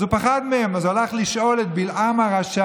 אז הוא פחד מהם, אז הוא הלך לשאול את בלעם הרשע.